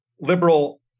liberal